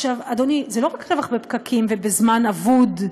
אדוני, זה לא רק רווח בפקקים ובזמן אבוד,